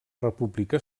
república